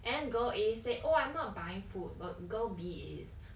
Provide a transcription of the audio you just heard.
and then girl A said oh I'm not buying food but girl B is